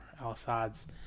al-Assad's